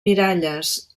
miralles